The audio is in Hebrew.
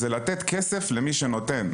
זה לתת כסף למי שנותן.